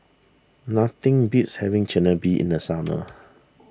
nothing beats having Chigenabe in the summer